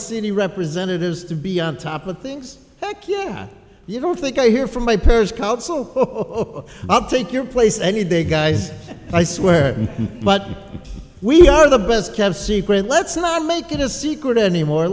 city representatives to be on top of things you don't think i hear from my peers council i'll take your place any day guys i swear but we are the best kept secret let's not make it a secret anymore